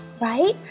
right